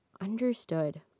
understood